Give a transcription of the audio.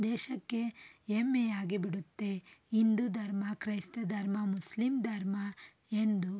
ದೇಶಕ್ಕೆ ಹೆಮ್ಮೆಯಾಗಿಬಿಡುತ್ತೆ ಹಿಂದು ಧರ್ಮ ಕ್ರೈಸ್ತ ಧರ್ಮ ಮುಸ್ಲಿಂ ಧರ್ಮ ಎಂದು